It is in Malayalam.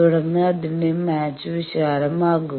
തുടർന്ന് അതിന്റെ മാച്ച് വിശാലമാകും